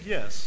Yes